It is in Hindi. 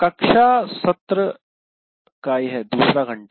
कक्षा सत्र दूसरा घंटा है